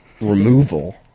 removal